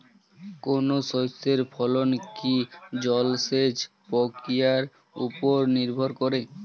কোনো শস্যের ফলন কি জলসেচ প্রক্রিয়ার ওপর নির্ভর করে?